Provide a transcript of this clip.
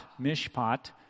mishpat